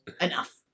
enough